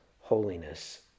holiness